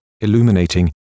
illuminating